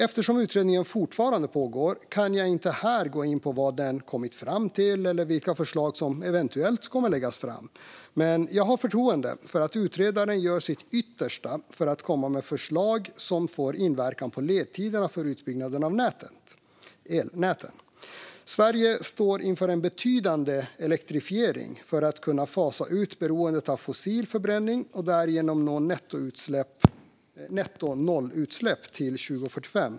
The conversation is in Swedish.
Eftersom utredningen fortfarande pågår kan jag inte här gå in på vad den kommit fram till eller vilka förslag som eventuellt kommer att läggas fram, men jag har förtroende för att utredaren gör sitt yttersta för att komma med förslag som får inverkan på ledtiderna för utbyggnaden av elnäten. Sverige står inför en betydande elektrifiering för att kunna fasa ut beroendet av fossil förbränning och därigenom nå nettonollutsläpp till 2045.